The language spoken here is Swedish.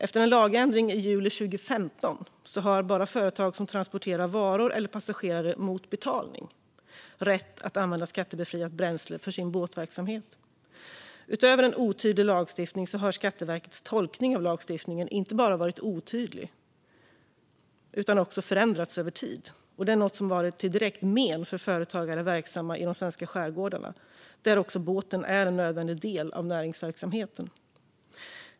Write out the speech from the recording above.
Efter en lagändring i juli 2015 har bara företag som transporterar varor eller passagerare mot betalning rätt att använda skattebefriat bränsle för sin båtverksamhet. Utöver en otydlig lagstiftning har Skatteverkets tolkning av lagstiftningen inte bara varit otydlig utan också förändrats över tid. Det är något som har varit till direkt men för företagare verksamma i de svenska skärgårdarna där båten är en nödvändig del av näringsverksamheten.